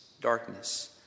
Darkness